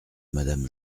madame